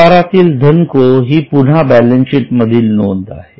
व्यापारीतल धनको हि पुन्हा बॅलन्सशीट मधील नोंद आहे